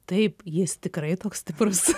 taip jis tikrai toks stiprus